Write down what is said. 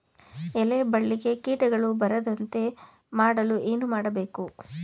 ಎಲೆ ಬಳ್ಳಿಗೆ ಕೀಟಗಳು ಬರದಂತೆ ಮಾಡಲು ಏನು ಮಾಡಬೇಕು?